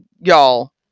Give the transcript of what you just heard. y'all